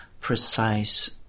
precise